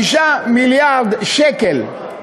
5 מיליארד שקל,